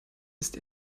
ist